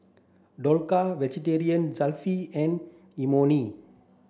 Dhokla Jalfrezi and Imoni